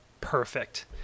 Perfect